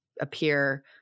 appear